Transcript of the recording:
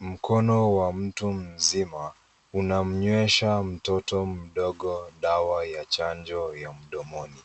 Mkono wa mtu mzima unamnywesha mtoto mdogo dawa ya chanjo ya mdomoni.